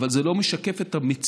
אבל זה לא משקף את המציאות